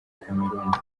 cameroun